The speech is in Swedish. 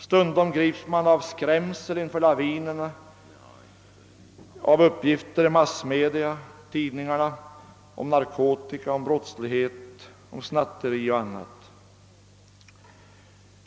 Stundom grips man av skräck inför lavinen av uppgifter i tidningar och andra massmedia om narkotika, brottslighet, snatteri och annat.